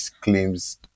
claims